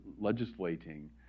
legislating